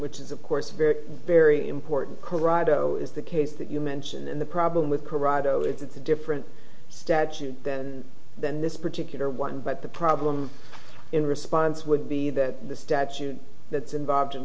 which is of course a very very important corrado is the case that you mentioned in the problem with corrado it's a different statute than than this particular one but the problem in response would be that the statute that's involved in